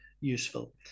useful